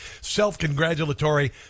self-congratulatory